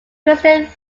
kristen